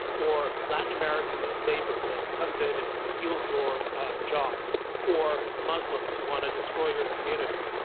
or latin american labor that comes in and steals your jobs or muslims who want to destroy your community.